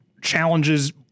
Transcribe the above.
challenges